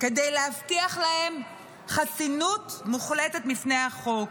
כדי להבטיח להם חסינות מוחלטת בפני החוק.